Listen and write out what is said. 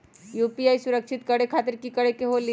UPI सुरक्षित करे खातिर कि करे के होलि?